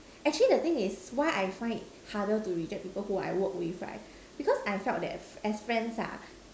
actually the thing is why I find it harder to reject people who I work with right because I felt that as friends ah